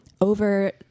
over